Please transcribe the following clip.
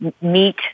Meet